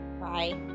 Bye